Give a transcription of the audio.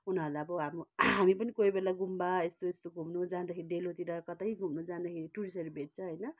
उनीहरूलाई अब हाम्रो हामी पनि कोही बेला गुम्बा यस्तो यस्तो घुम्नु जाँदाखेरि डेलोतिर कतै घुम्नु जाँदाखेरि टुरिस्टहरू भेट्छ होइन